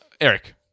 Eric